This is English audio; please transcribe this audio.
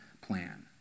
plan